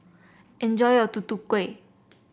enjoy your Tutu Kueh